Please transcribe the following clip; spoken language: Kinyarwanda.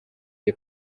the